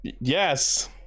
Yes